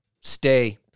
stay